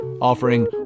offering